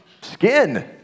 skin